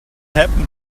happen